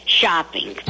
shopping